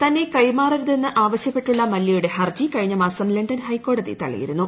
തന്നെ കൈമാറരുതെന്ന് ആവശ്യപ്പെട്ടുള്ള മല്യയുടെ ഹർജി കഴിഞ്ഞ മാസം ലണ്ടൻ ഹൈക്കോടതി തള്ളിയിരുന്നു